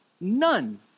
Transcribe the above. None